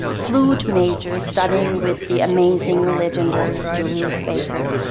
flute major, studying with the amazing legendary julius baker.